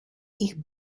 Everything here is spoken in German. ich